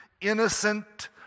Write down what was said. innocent